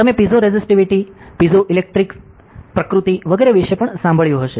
તમે piezoresistivity piezoelectric પ્રકૃતિ વગેરે વિશે પણ સાંભળ્યું હશે